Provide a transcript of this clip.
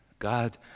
God